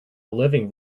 living